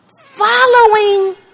following